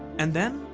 and then,